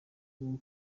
bwo